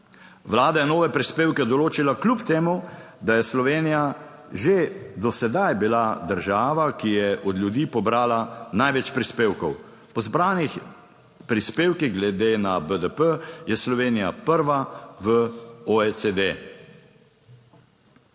Vlada je nove prispevke določila kljub temu, da je Slovenija že do sedaj bila država, ki je od ljudi pobrala največ prispevkov. Po zbranih prispevkih glede na BDP je Slovenija prva v OECD.